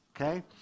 okay